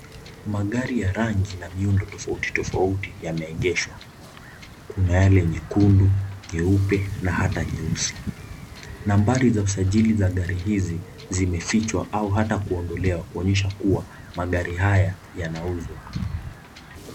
Magari ya rangi na miundo tofauti tofauti yameegeshwa. Kuna yale nyekundu, nyeupe na hata nyeusi. Nambari za usajili za gari hizi zimefichwa au ata kuondolewa, kuonyesha kuwa magari haya yanauzwa.